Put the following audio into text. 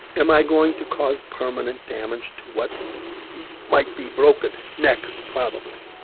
am i going to cause permanent damage to what might be broken neck, probably